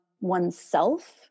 oneself